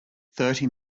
thirty